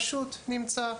הוא פשוט נמצא.